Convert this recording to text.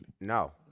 No